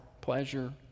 pleasure